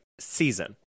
season